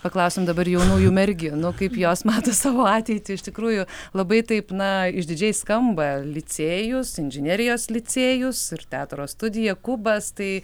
paklausim dabar jaunųjų merginų kaip jos mato savo ateitį iš tikrųjų labai taip na išdidžiai skamba licėjus inžinerijos licėjus ir teatro studija kubas tai